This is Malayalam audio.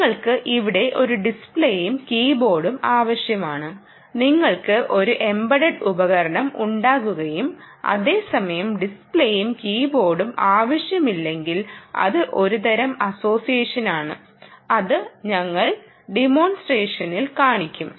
നിങ്ങൾക്ക് ഇവിടെ ഒരു ഡിസ്പ്ലേയും കീബോർഡും ആവശ്യമാണ് നിങ്ങൾക്ക് ഒരു എംബഡഡ് ഉപകരണം ഉണ്ടാകുകയും അതേസമയം ഡിസ്പ്ലേയും കീബോർഡും ആവശ്യമില്ലെങ്കിൽ അത് ഒരു തരം അസോസിയേഷനാണ് അത് ഞങ്ങൾ ടിമോൺസ്ട്രേഷനിൽ കാണിക്കും